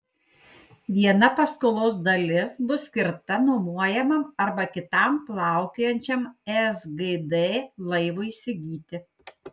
viena paskolos dalis bus skirta nuomojamam arba kitam plaukiojančiam sgd laivui įsigyti